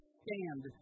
stand